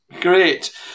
Great